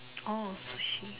oh sushi